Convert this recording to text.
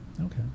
Okay